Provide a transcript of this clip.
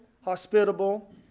hospitable